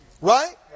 Right